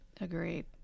Agreed